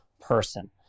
person